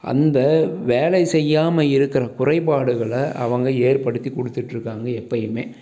அந்த வேலை செய்யாமல் இருக்கிற குறைபாடுகளை அவங்க ஏற்படுத்தி கொடுத்துட்ருக்காங்க எப்போயுமே